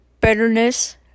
bitterness